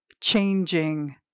changing